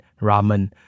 ramen